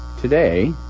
Today